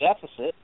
deficit